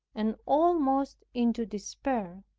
and almost into despair,